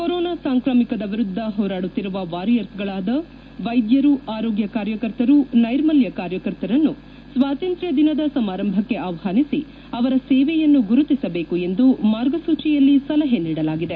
corona ಸಾಂಕ್ರಾಮಿಕದ ವಿರುದ್ವ ಹೋರಾಡುತ್ತಿರುವ ವಾರಿಯರ್ಸ್ಗಳಾದ ವೈದ್ಯರು ಆರೋಗ್ಯ ಕಾರ್ಯಕರ್ತರು ನೈರ್ಮಲ್ವ ಕಾರ್ಯಕರ್ತರನ್ನು ಸ್ವಾತಂತ್ರ್ತ ದಿನದ ಸಮಾರಂಭಕ್ಕೆ ಆಹ್ವಾನಿಸಿ ಅವರ ಸೇವೆಯನ್ನು ಗುರುತಿಸಬೇಕು ಎಂದು ಮಾರ್ಗಸೂಚಿಯಲ್ಲಿ ಸಲಹೆ ನೀಡಲಾಗಿದೆ